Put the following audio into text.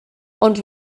ond